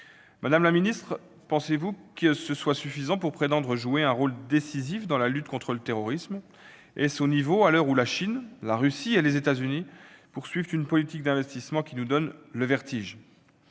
Madame la ministre, pensez-vous que ce soit suffisant pour prétendre jouer un rôle décisif dans la lutte contre le terrorisme ? Est-ce au niveau, à l'heure où la Chine, la Russie et les États-Unis poursuivent une politique d'investissement qui nous donne le vertige ?